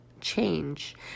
change